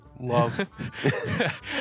love